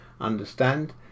understand